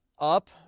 up